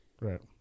Right